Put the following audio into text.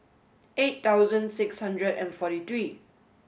eight thousand six hundred and forty three